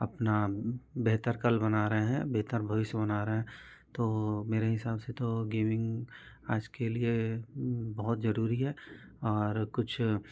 अपना बेहतर कल बना रहे हैं बेहतर भविष्य बना रहें तो मेरे हिसाब से तो गेमिंग आज के लिए बहुत ज़रूरी है और कुछ